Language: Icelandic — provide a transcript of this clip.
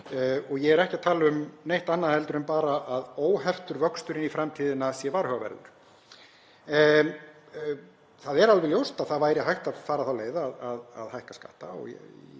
Ég er ekki að tala um neitt annað en bara að óheftur vöxtur inn í framtíðina sé varhugaverður. Það er alveg ljóst að það væri hægt að fara þá leið að hækka skatta og